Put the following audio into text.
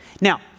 Now